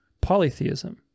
polytheism